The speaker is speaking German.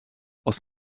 aus